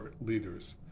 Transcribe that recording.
leaders